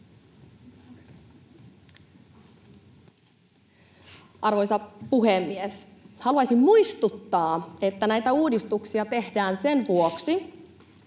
Arvoisa puhemies! Haluaisin muistuttaa, että näitä uudistuksia tehdään sen vuoksi,